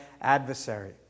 adversary